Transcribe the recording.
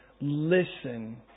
listen